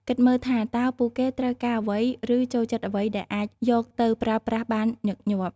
គិតមើលថា តើពួកគេត្រូវការអ្វី ឬចូលចិត្តអ្វីដែលអាចយកទៅប្រើប្រាស់បានញឹកញាប់។